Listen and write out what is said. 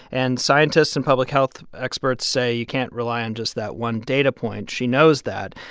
and scientists and public health experts say you can't rely on just that one data point. she knows that,